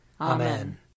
Amen